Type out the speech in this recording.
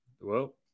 Well-